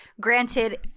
Granted